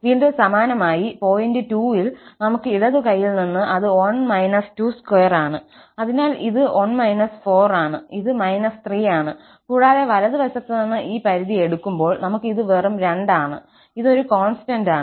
വീണ്ടും സമാനമായി പോയിന്റ് 2 ൽ നമുക്ക് ഇടതു കൈയിൽ നിന്ന് അത് 1 22 ആണ് അതിനാൽ ഇത് 1 4 ആണ് അത് −3 ആണ് കൂടാതെ വലത് വശത്ത് നിന്ന് ഈ പരിധി എടുക്കുമ്പോൾ ഇത് വെറും 2 ആണ് ഇത് ഒരു കോൺസ്റ്റന്റ് ആണ്